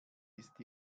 ist